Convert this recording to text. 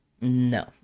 no